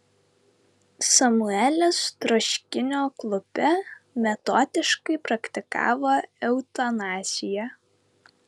samuelis troškinio klube metodiškai praktikavo eutanaziją